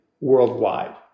worldwide